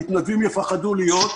המתנדבים יפחדו להתנדב,